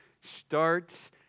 starts